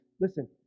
Listen